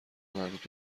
مربوط